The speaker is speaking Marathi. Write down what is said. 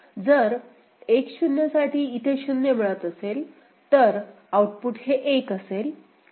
जर 1 0 साठी इथे 0 मिळत असेल तर आउटपुट हे 1 असेल